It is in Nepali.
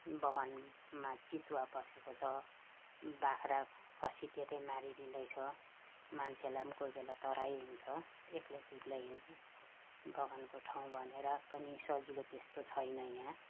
बगानमा चितुवा पसेको छ बाख्रा खसी त्यतै मारी दिँदैछ मान्छेलाई कोही बेला त्राही हुन्छ एक्लै दुक्लै हिँड्नु बगानको ठाउँ भनेर पनि सजिलो त्यस्तो छैन यहाँ